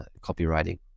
copywriting